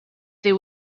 there